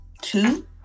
two